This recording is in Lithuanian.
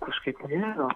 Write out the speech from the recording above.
kažkaip nėra